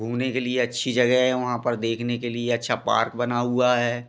घूमने के लिए अच्छी जगह है वहाँ पर देखने के लिए अच्छा पार्क बना हुआ है